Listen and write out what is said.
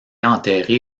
enterré